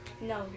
No